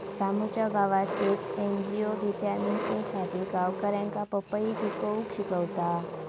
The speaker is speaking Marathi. रामूच्या गावात येक एन.जी.ओ व्हिटॅमिन ए साठी गावकऱ्यांका पपई पिकवूक शिकवता